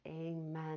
Amen